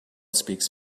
speaks